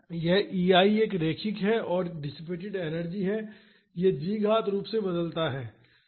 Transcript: तो यह EI एक रैखिक है और डिसिपेटड एनर्जी है यह द्विघात रूप से बदलता है